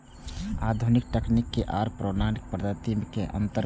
आधुनिक तकनीक आर पौराणिक पद्धति में अंतर करू?